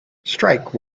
strike